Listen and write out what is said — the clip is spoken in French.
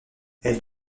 elle